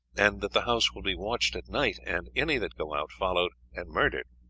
and that the house will be watched at night and any that go out followed and murdered.